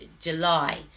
July